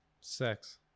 Sex